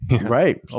Right